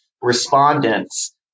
respondents